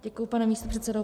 Děkuji, pane místopředsedo.